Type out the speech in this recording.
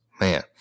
Man